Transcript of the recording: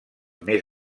més